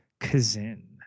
Kazin